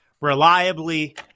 reliably